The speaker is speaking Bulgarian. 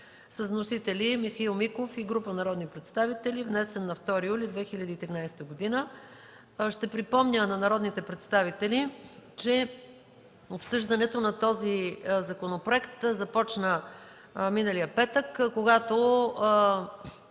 Вносители – Михаил Миков и група народни представители, внесен на 2 юли 2013 г. Ще припомня на народните представители, че обсъждането на този законопроект започна миналия петък, когато